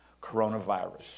coronavirus